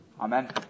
Amen